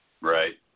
Right